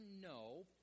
no